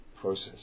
process